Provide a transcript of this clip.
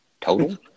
total